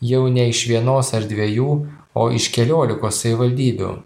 jau ne iš vienos ar dviejų o iš keliolikos savivaldybių